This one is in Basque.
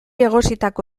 egositako